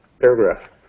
paragraph